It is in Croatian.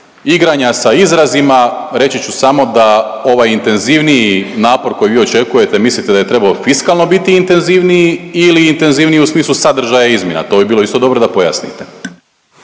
igranja sa izrazima, reći ću samo da ovaj intenzivniji napor kojeg vi očekujete i mislite da je trebao biti fiskalno biti intenzivniji ili intenzivniji u smislu sadržaja izmjena, to bi bilo isto dobro da pojasnite.